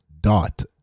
dot